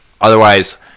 Otherwise